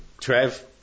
Trev